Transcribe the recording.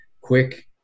quick